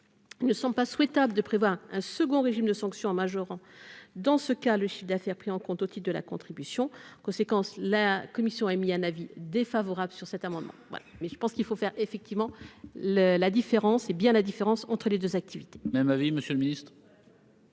ne sont pas souhaitables de prévoir un second régime de sanctions en majorant dans ce cas, le chiffre d'affaires, pris en compte aussi de la contribution conséquence, la commission a émis un avis défavorable sur cet amendement, ouais, mais je pense qu'il faut faire effectivement le la différence, hé bien la différence entre les 2 activités,